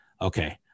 okay